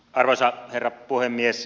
arvoisa herra puhemies